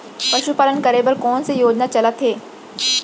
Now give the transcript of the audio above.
पशुपालन करे बर कोन से योजना चलत हे?